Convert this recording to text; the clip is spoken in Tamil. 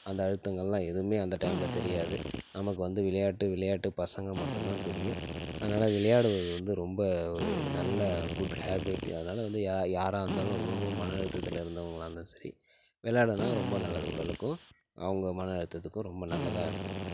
அந்த அழுத்தங்கள்லாம் எதுவுமே அந்த டைமில் தெரியாது நமக்கு வந்து விளையாட்டு விளையாட்டு பசங்க மட்டுந்தான் தெரியும் அதனால் விளையாடுவது வந்து ரொம்ப ஒரு நல்ல குட் ஹேபிட் அதனால் வந்து யா யாராக இருந்தாலும் ரொம்ப மன அழுத்தத்தில் இருந்தவங்களாக இருந்தாலும் சரி விளையாடுனா ரொம்ப நல்லது உடலுக்கும் அவங்க மன அழுத்தத்துக்கும் ரொம்ப நல்லதாக இருக்கும்